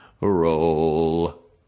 Roll